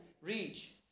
reach